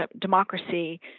democracy